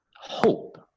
hope